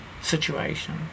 Situation